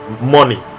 money